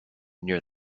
near